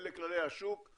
אלה כללי השוק,